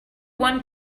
want